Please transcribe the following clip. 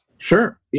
Sure